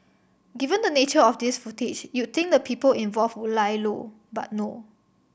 given the nature of this footage you'd think the people involved would lie low but no